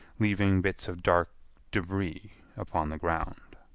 leaving bits of dark debris upon the ground.